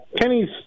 kenny's